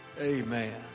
Amen